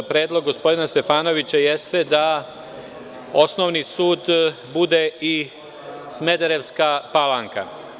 Predlog gospodina Stefanovića jeste da osnovni sud bude i Smederevska Palanka.